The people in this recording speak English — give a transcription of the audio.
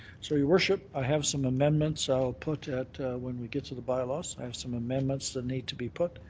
so, your worship, i have some amendments i'll put at when we get to the bylaws. i have some amendments that need to be put,